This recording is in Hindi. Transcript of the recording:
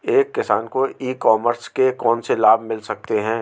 एक किसान को ई कॉमर्स के कौनसे लाभ मिल सकते हैं?